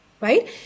right